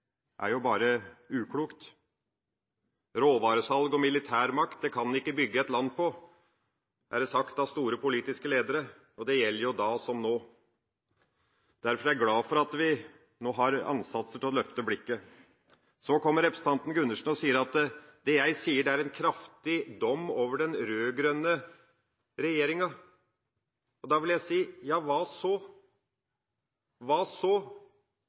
sagt av store politiske ledere, og det gjelder nå som da. Derfor er jeg glad for at vi nå har løftet blikket. Så sier representanten Gundersen at det jeg sier, er en kraftig dom over den rød-grønne regjeringa. Da vil jeg si: Hva så?